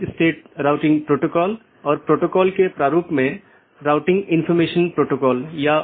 बाहरी gateway protocol जो एक पाथ वेक्टर प्रोटोकॉल का पालन करते हैं और ऑटॉनमस सिस्टमों के बीच में सूचनाओं के आदान प्रदान की अनुमति देता है